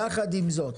יחד עם זאת,